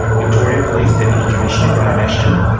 victoria police deputy commissioner graham ashton,